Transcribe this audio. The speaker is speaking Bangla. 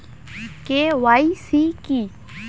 কে.ওয়াই.সি কী?